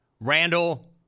Randall